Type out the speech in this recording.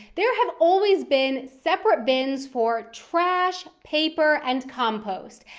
there have always been separate bins for trash, paper, and compost.